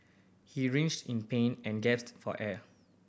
he writhed in pain and gasped for air